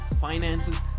finances